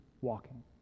walking